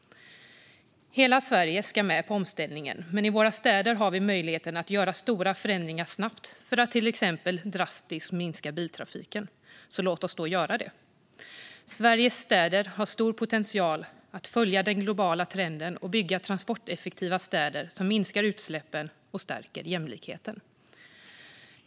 Hela Sverige ska med på omställningen, men i våra städer har vi möjlighet att göra stora förändringar snabbt för att till exempel drastiskt minska biltrafiken. Låt oss då göra det! Sveriges städer har stor potential att följa den globala trenden och bygga transporteffektiva städer som minskar utsläppen och stärker jämlikheten.